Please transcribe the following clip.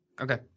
Okay